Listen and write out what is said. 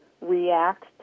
react